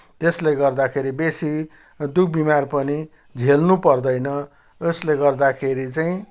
त्यसले गर्दाखेरि बेसी दुख बिमार पनि झेल्न पर्दैन यसले गर्दाखेरि चाहिँ